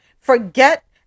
forget